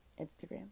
Instagram